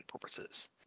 purposes